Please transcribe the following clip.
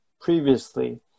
previously